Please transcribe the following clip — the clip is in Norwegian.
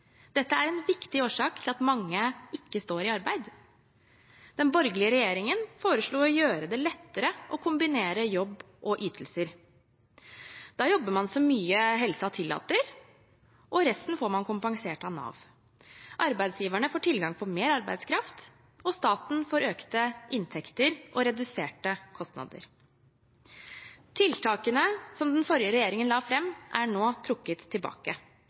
Dette er en viktig årsak til at mange ikke står i arbeid. Den borgerlige regjeringen foreslo å gjøre det lettere å kombinere jobb og ytelser. Da jobber man så mye helsen tillater, og resten får man kompensert av Nav. Arbeidsgiverne får tilgang på mer arbeidskraft, og staten får økte inntekter og reduserte kostnader. Tiltakene som den forrige regjeringen la fram, er nå trukket tilbake.